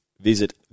visit